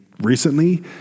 recently